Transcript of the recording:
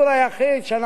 בעזרת השם,